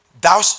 thou